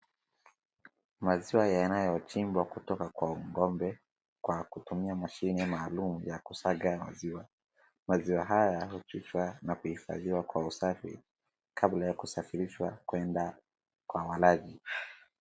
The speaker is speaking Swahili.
Maziwa yanayochimbwa kutoka kwa ng'ombe kwa kutumia mashine maalum ya kusaga maziwa. Maziwa haya yako kwa kifaa na kuhifadhiwa kwa usafi kabla ya kusafirishwa kwenda kwa maradhi.